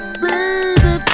baby